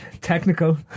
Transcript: technical